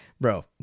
bro